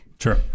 Sure